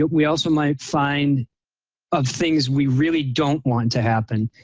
but we also might find of things we really don't want to happen.